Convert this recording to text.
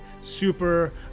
super